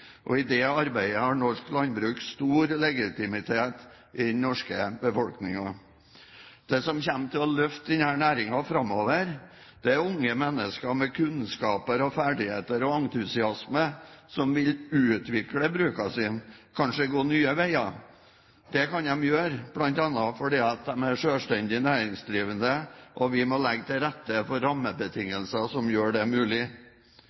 og i det arbeidet har norsk landbruk stor legitimitet i den norske befolkningen. Det som kommer til å løfte denne næringen framover, er unge mennesker med kunnskaper, ferdigheter og entusiasme som vil utvikle brukene sine, kanskje gå nye veier. Det kan de gjøre bl.a. fordi de er selvstendig næringsdrivende. Vi må legge til rette rammebetingelser som gjør det mulig.